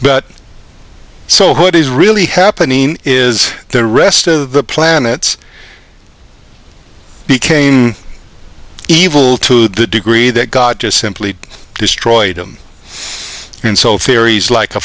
but so what is really happening is the rest of the planets became evil to the degree that god just simply destroyed them and so fairies like a